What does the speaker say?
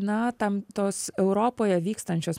na tam tos europoje vykstančios